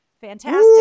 Fantastic